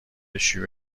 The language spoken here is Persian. شیوع